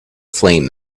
flame